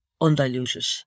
undiluted